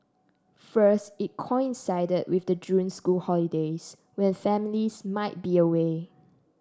first it coincided with the June school holidays when families might be away